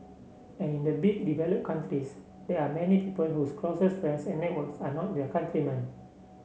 and in the big develop countries there are many people whose closest friends and networks are not their countrymen